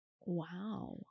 Wow